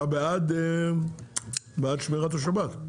אתה בעד שמירת השבת.